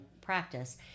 practice